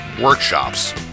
workshops